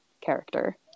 character